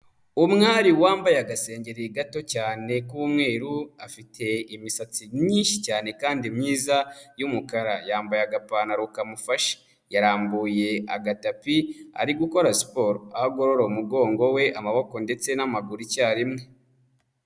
Umwari wambaye agasengengeri gato cyane k'umweru, afite imisatsi myinshi cyane kandi myiza y'umukara yambaye agapantaro kamufashe, yarambuye agatapi ari gukora siporo, aho agorora umugongo we amaboko ndetse n'amaguru icyarimwe.